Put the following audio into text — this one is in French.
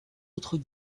autres